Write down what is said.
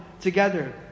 together